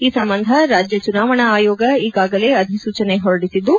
ಈ ಸಂಬಂಧ ರಾಜ್ಯ ಚುನಾವಣಾ ಆಯೋಗ ಈಗಾಗಲೇ ಅಧಿಸೂಚನೆ ಹೊರಡಿಸಿದ್ದು